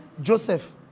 Joseph